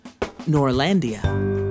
Norlandia